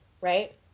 Right